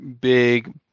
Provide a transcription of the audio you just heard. big